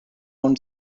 own